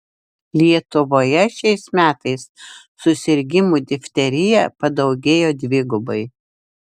lietuvoje šiais metais susirgimų difterija padaugėjo dvigubai